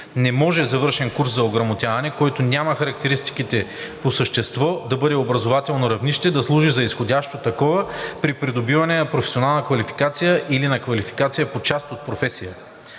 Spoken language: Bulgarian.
Не може завършен курс за ограмотяване, който няма характеристиките по същество, да бъде образователно равнище, да служи за изходящо такова при придобиване на професионална квалификация или на квалификация по част от професия.